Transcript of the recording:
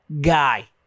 guy